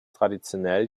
traditionell